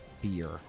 fear